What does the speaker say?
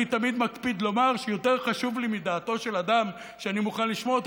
אני תמיד מקפיד לומר שיותר חשוב לי מדעתו של אדם שאני מוכן לשמוע אותו,